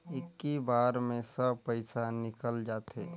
इक्की बार मे सब पइसा निकल जाते?